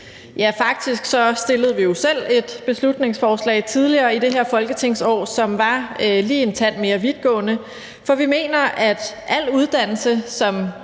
ja, faktisk fremsatte vi jo selv et beslutningsforslag tidligere i det her folketingsår, som var lige en tand mere vidtgående, for vi mener, at al uddannelse, som